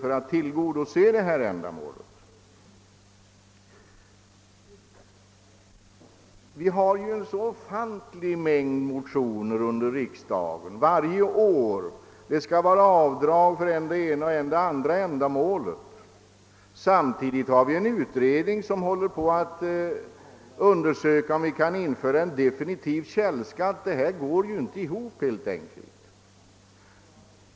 Varje år behandlas av riksdagen en ofantlig mängd motioner. Det begärs avdrag för än det ena, än det andra ändamålet. Samtidigt pågår en utredning om införande av definitiv källskatt. Detta går helt enkelt inte ihop.